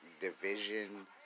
division